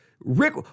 Rick